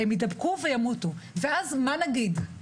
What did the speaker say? הם יידבקו וימותו, ואז מה נגיד?